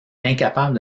incapable